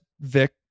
Vic